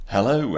Hello